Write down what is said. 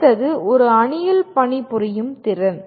அடுத்தது ஒரு அணியில் பணிபுரியும் திறன்